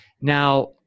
Now